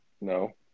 No